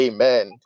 Amen